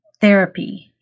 therapy